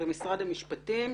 במשרד המשפטים,